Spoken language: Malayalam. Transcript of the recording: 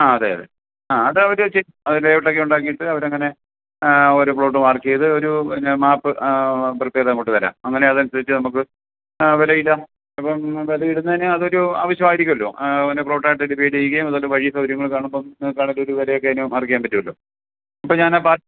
ആ അതെ അതെ ആ അത് അവർ ചെയ്യ് ലേയൗട്ട് ഒക്കെ ഉണ്ടാക്കിയിട്ട് അവർ അങ്ങനെ ഓരോ പ്ലോട്ട് മാർക്ക് ചെയ്ത് ഒരു പിന്നെ മാപ്പ് പ്രിപ്പയർ ചെയ്ത് അങ്ങോട്ട് തരാം അങ്ങനെ അതനുസരിച്ച് നമുക്ക് വിലയിടാം അപ്പം വിലയിടുന്നതിന് അതൊരു ആവശ്യമായിരിക്കുമല്ലോ അതിനെ പ്ലോട്ട് ആയിട്ട് ഡിവൈഡ് ചെയ്യുകയും അതുപോലെ വഴി ഒക്കെ വരുമ്പം കാണുമ്പം നിങ്ങൾക്ക് ആണെങ്കിലും ഒരു വിലയൊക്കെ അതിന് മാർക്ക് ചെയ്യാൻ പറ്റുമല്ലോ അപ്പം ഞാൻ ആ പാർ